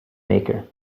maker